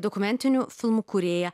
dokumentinių filmų kūrėja